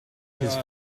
his